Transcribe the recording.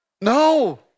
No